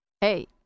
Hey